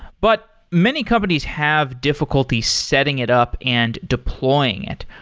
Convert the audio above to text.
but many companies have difficulty setting it up and deploying it.